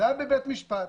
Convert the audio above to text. זה היה בבית משפט.